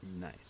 Nice